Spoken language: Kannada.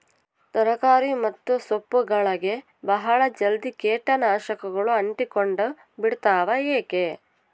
ತರಕಾರಿ ಮತ್ತು ಸೊಪ್ಪುಗಳಗೆ ಬಹಳ ಜಲ್ದಿ ಕೇಟ ನಾಶಕಗಳು ಅಂಟಿಕೊಂಡ ಬಿಡ್ತವಾ ಯಾಕೆ?